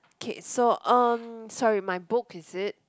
okay so um sorry my book is it